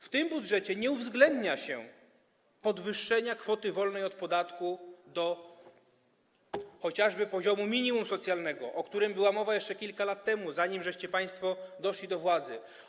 W tym budżecie nie uwzględnia się podwyższenia kwoty wolnej od podatku do chociażby poziomu minimum socjalnego, o którym była mowa jeszcze kilka lat temu, zanim państwo doszliście do władzy.